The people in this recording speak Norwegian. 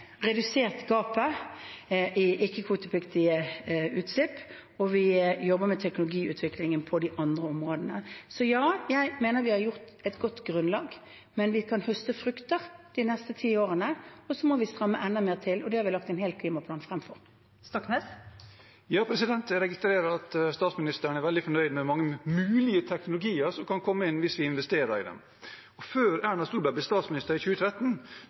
redusert gapet i ikke-kvotepliktige utslipp, og vi jobber med teknologiutviklingen på de andre områdene. Så ja, jeg mener vi har lagt et godt grunnlag. Men vi kan høste frukter de neste ti årene, og så må vi stramme enda mer til, og det har vi lagt en hel klimaplan frem for. Jeg registrerer at statsministeren er veldig fornøyd med mange mulige teknologier som kan komme inn hvis vi investerer i dem. Før Erna Solberg ble statsminister i 2013,